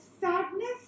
sadness